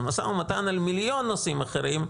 זה משא ומתן על מיליון נושאים אחרים.